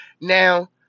Now